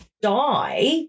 die